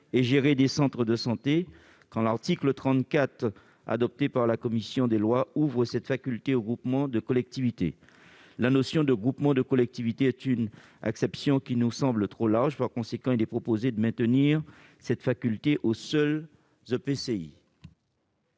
et gérer des centres de santé, alors que l'article 34 adopté par la commission des lois ouvre cette faculté aux groupements de collectivités. La notion de groupements de collectivités est une acception qui nous semble trop large. Par conséquent, il est proposé de maintenir cette faculté pour les seuls EPCI.